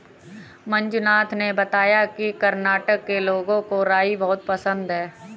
मंजुनाथ ने बताया कि कर्नाटक के लोगों को राई बहुत पसंद है